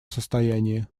состоянии